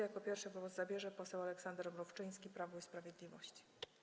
Jako pierwszy głos zabierze poseł Aleksander Mrówczyński, Prawo i Sprawiedliwość.